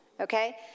okay